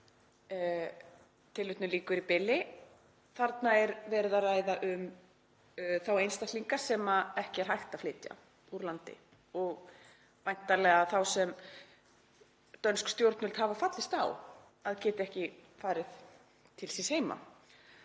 umbornir í Danmörku. Þarna er verið að ræða um þá einstaklinga sem ekki er hægt að flytja úr landi og væntanlega þá sem dönsk stjórnvöld hafa fallist á að geti ekki farið til síns heima.